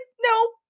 no